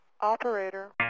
Operator